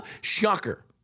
Shocker